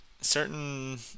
Certain